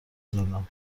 زدم